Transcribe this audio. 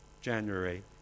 January